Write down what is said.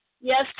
Yes